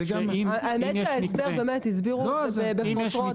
הסבירו את זה במפורט.